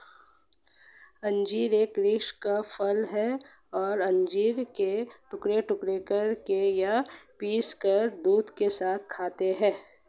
अंजीर एक वृक्ष का फल है और अंजीर को टुकड़े टुकड़े करके या पीसकर दूध के साथ खाते हैं